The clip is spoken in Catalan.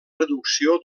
reducció